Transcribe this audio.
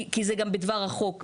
כי זה גם בדבר החוק.